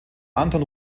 anton